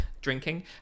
drinking